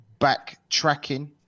backtracking